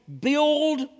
build